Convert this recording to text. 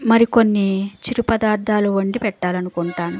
మరికొన్ని చిరు పదార్థాలు వండి పెట్టాలనుకుంటాను